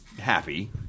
happy